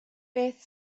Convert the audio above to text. beth